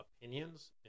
opinions